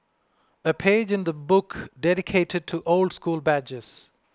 a page in the book dedicated to old school badges